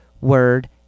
word